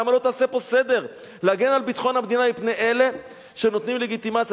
למה לא תעשה פה סדר להגן על ביטחון המדינה מפני שאלה שנותנים לגיטימציה?